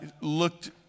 looked